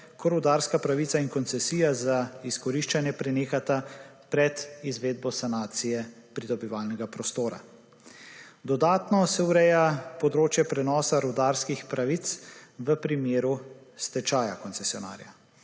ko rudarska pravica in koncesija za izkoriščanje prenehata pred izvedbo sanacije pridobivalnega prostora. Dodatno se ureja področje prenosa rudarskih pravic v primeru stečaja koncesionarja.